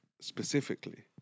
specifically